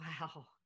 Wow